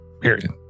Period